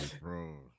bro